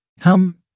Hum